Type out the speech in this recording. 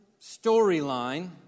storyline